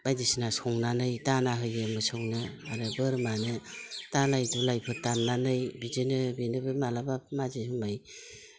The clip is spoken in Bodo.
बायदिसिना संनानै दाना होयो मोसौनो आरो बोरमानो दालाइ दुलाइफोर दाननानै बिदिनो बेनोबो माब्लाबा माजे हमय